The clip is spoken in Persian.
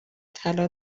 طلا